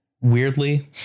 weirdly